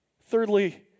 thirdly